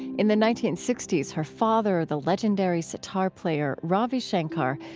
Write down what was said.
in the nineteen sixty s, her father, the legendary sitar player ravi shankar,